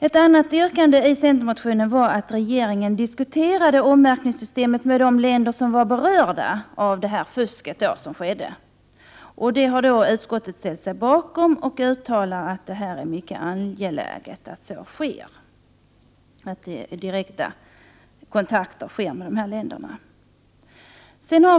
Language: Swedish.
Ett annat yrkande i centermotionen var att regeringen skulle diskutera ommärkningssystemet med de länder som är berörda av det fusk som skett. Utskottet har ställt sig bakom detta krav och uttalat att det är mycket angeläget att kontakter tas med de berörda länderna.